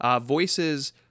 Voices